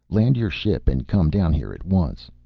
land your ship and come down here at once.